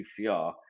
PCR